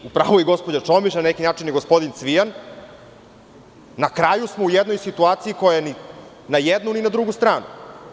U pravu je gospođa Čomić, na neki način i gospodin Cvijan, na kraju smo u jednoj situaciji, ni na jednu ni na drugu stranu.